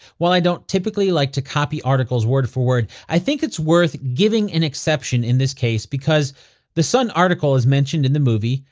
while i don't typically like to copy articles word for word, i think it's worth giving an exception in this case because the sun article is mentioned in the movie,